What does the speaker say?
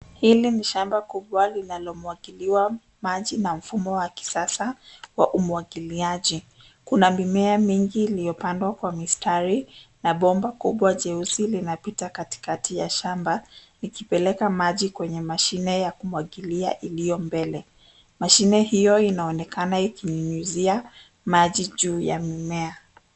Hili ni shamba kubwa linalomwagiliwa maji na mfumo wa kisasa wa umwagiliaji. Kuna mimea mingi iliyopandwa kwa mistari, na bomba kubwa jeusi linapita katikati ya shamba likipeleka maji kwenye mashine ya kumwagilia iliyo mbele. Mashine hiyo inaonekana ikinyunyizia maji juu ya mimea.